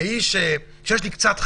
כאיש שיש לו קצת חמלה...